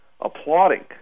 applauding